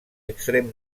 extrem